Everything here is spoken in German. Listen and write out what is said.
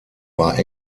war